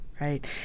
right